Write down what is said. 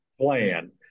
plan